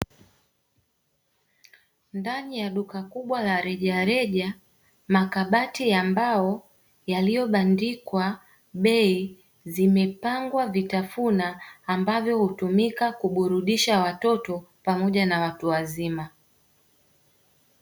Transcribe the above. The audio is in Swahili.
Ndani ya duka kubwa la rejareja makabatu ya mbao, yaliobandikwa bei, zimepangwa vitafunwa ambavyo hutumika kuburudisha watoto pamoja na watu wazima.